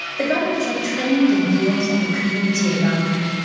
the grandmothers are trained and drawn from the community around them.